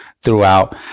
throughout